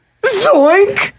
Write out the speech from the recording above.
Zoink